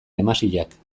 desmasiak